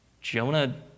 Jonah